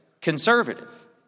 conservative